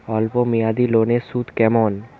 অল্প মেয়াদি লোনের সুদ কেমন?